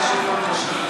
שלא נשכח.